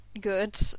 good